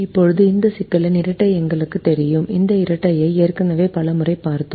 இப்போது இந்த சிக்கலின் இரட்டை எங்களுக்குத் தெரியும் இந்த இரட்டையை ஏற்கனவே பல முறை பார்த்தோம்